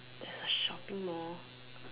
there's a shopping Mall